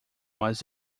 was